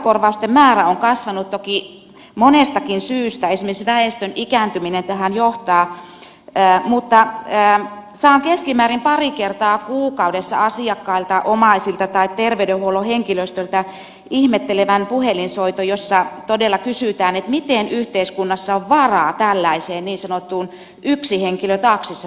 matkakorvausten määrä on kasvanut toki monestakin syystä esimerkiksi väestön ikääntyminen tähän johtaa mutta saan keskimäärin pari kertaa kuukaudessa asiakkailta omaisilta tai terveydenhuollon henkilöstöltä ihmettelevän puhelinsoiton jossa todella kysytään että miten yhteiskunnassa on varaa tällaiseen niin sanottuun yksi henkilö taksissa systeemiin